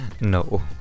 no